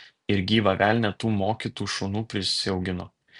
ir gyvą velnią tų mokytų šunų prisiaugino